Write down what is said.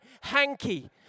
hanky